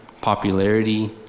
popularity